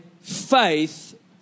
faith